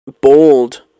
bold